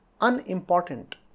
unimportant